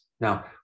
Now